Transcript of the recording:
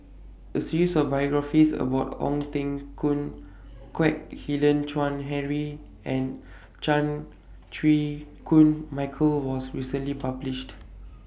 A series of biographies about Ong Teng Koon Kwek Hian Chuan Henry and Chan Chew Koon Michael was recently published